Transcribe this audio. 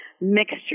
mixture